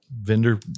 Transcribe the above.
vendor